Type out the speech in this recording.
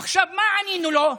עכשיו, מה ענינו לו?